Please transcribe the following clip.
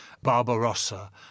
Barbarossa